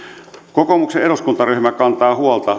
kokoomuksen eduskuntaryhmä kantaa huolta